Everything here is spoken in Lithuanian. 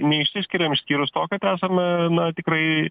neišsiskiriam išskyrus tuo kad esame na tikrai